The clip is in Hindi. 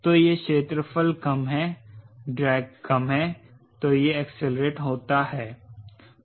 तो यह क्षेत्रफल कम है ड्रैग कम है तो यह एक्सेलेरेट होता है